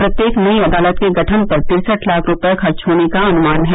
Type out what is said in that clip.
प्रत्येक नयी अदालत के गठन पर तिरसठ लाख रूपये खर्च होने का अनुमान है